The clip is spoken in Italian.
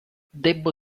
debbo